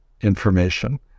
information